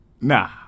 Nah